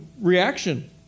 reaction